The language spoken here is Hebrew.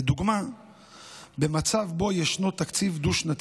לדוגמה במצב שבו ישנו תקציב דו-שנתי.